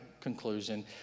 conclusion